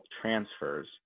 transfers